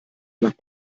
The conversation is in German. nach